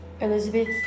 elizabeth